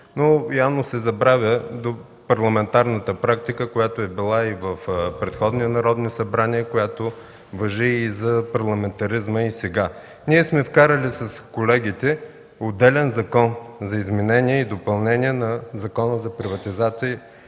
но явно се забравя парламентарната практика, която е била и в предходни народни събрания, която важи за парламентаризма и сега. С колегите сме внесли отделен Законопроект за изменение и допълнение на Закона за приватизация